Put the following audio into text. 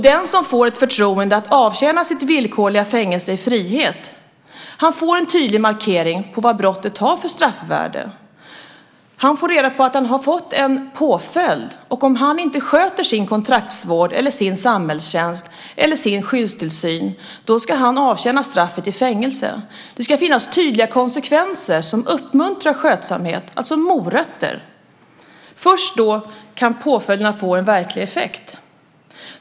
Den som får ett förtroende att avtjäna sitt villkorliga fängelsestraff i frihet får en tydlig markering på vad brottet har för straffvärde. Han får reda på att han har fått en påföljd, och om han inte sköter sin kontraktsvård, sin samhällstjänst eller sin skyddstillsyn så ska han avtjäna straffet i fängelse. Det ska finnas tydliga konsekvenser som uppmuntrar skötsamhet, alltså morötter. Först då kan påföljderna få en verklig effekt.